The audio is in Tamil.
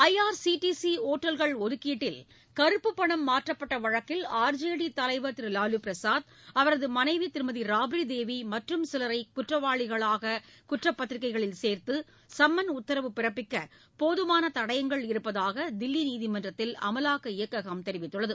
ஐ ஆர் சி பி சி ஒட்டல்கள் ஒதுக்கீட்டில் கருப்பு பணம் மாற்றப்பட்ட வழக்கில் ஆர் ஜெ டி தலைவர் திரு வாலு பிரசாத் அவரது மனைவி திருமதி ராப்ரி தேவி மற்றும் சிலரை குற்றவாலிகளாக குற்றப்பத்திரிகைகளில் சோத்து சம்மள் உத்தரவு பிறப்பிக்க போதுமான தடையங்கள் இருப்பதாக தில்லி நீதிமன்றத்தில் அமலாக்க இயக்ககம் தெரிவித்துள்ளது